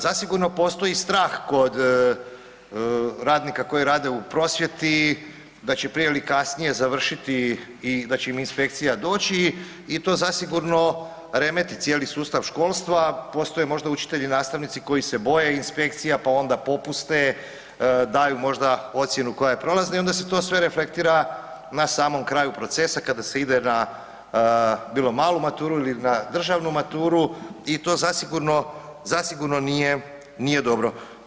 Zasigurno postoji strah kod radnika koji rade u prosvjeti da će prije ili kasnije završite i da će im inspekcija doći i to zasigurno remeti cijeli sustav školstva, postoje možda učitelji i nastavnici koji se boje inspekcija pa onda popuste, daju možda ocjenu koja je prolazna, i onda se to se reflektira na samom kraju procesa kada se ide na bilo malu maturu ili na državnu maturu, i to zasigurno nije dobro.